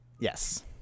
yes